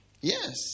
Yes